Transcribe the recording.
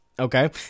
Okay